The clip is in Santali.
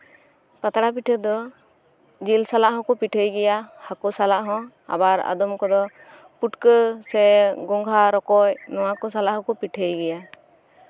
ᱯᱟᱛᱲᱟ ᱯᱤᱴᱷᱟᱹ ᱫᱚ ᱡᱤᱞ ᱥᱟᱞᱟᱜ ᱦᱚᱸᱠᱚ ᱯᱤᱴᱷᱟᱹᱭ ᱜᱮᱭᱟ ᱦᱟᱹᱠᱩ ᱥᱟᱞᱟᱜ ᱦᱚᱸ ᱟᱵᱟᱨ ᱯᱩᱴᱠᱟᱹ ᱥᱮ ᱜᱚᱸᱜᱷᱟ ᱨᱚᱠᱚᱪ ᱱᱚᱣᱟ ᱠᱚ ᱥᱟᱞᱟᱜ ᱦᱚᱸᱠᱚ ᱯᱤᱴᱷᱟᱹᱭ ᱜᱮᱭᱟ